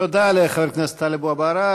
תודה לחבר הכנסת טלב אבו עראר.